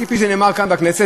כפי שנאמר כאן בכנסת.